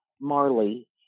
Marley